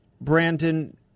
Brandon